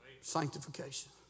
Sanctification